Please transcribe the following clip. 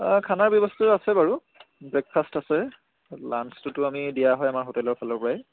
খানাৰ ব্যৱস্থাটো আছে বাৰু ব্ৰেকফাষ্ট আছে লাঞ্চটোতো আমি দিয়া হয় আমাৰ হোটেলৰ ফালৰ পৰাই